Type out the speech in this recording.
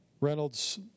Reynolds